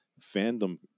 fandom